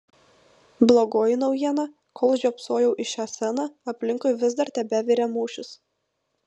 blogoji naujiena kol žiopsojau į šią sceną aplinkui vis dar tebevirė mūšis